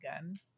gun